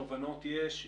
תובנות יש,